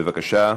בבקשה.